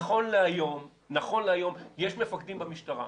נכון להיום יש מפקדים במשטרה,